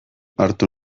hartu